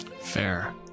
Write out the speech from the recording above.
Fair